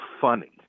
funny